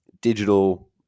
digital